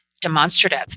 demonstrative